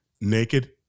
naked